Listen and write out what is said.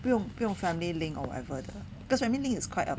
不用不用 family link or whatever 的 cause family link is quite a